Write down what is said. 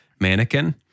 mannequin